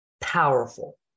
Powerful